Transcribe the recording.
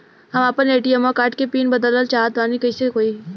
हम आपन ATM card के पीन बदलल चाहऽ तनि कइसे होई?